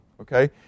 okay